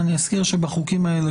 אני אזכיר שבחוקים האלה,